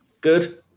Good